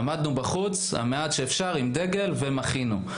עמדנו בחוץ עם דגל ומחינו.